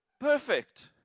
perfect